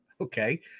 Okay